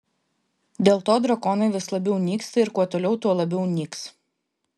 dėl to drakonai vis labiau nyksta ir kuo toliau tuo labiau nyks